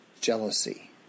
jealousy